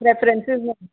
reference